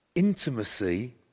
Intimacy